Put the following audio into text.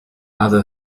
other